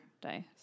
die